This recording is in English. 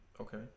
Okay